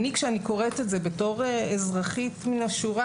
כשאני קוראת את זה כאזרחית מן השורה,